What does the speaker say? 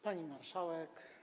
Pani Marszałek!